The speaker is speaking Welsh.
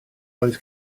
oedd